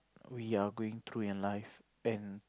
we are going through in life and